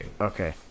Okay